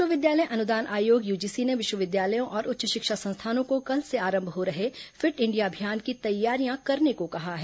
विश्वविद्यालय अनुदान आयोग यूजीसी ने विश्वविद्यालयों और उच्च शिक्षा संस्थानों को कल से आरंभ हो रहे फिट इंडिया अभियान की तैयारियां करने को कहा है